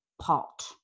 pot